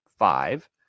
Five